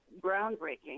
groundbreaking